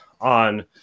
on